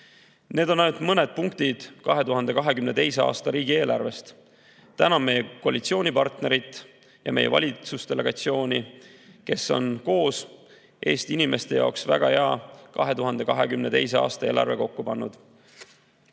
ainult mõned punktid 2022. aasta riigieelarvest. Täname koalitsioonipartnerit ja meie valitsusdelegatsiooni, kes on koos Eesti inimeste jaoks väga hea 2022. aasta eelarve kokku pannud!